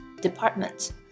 department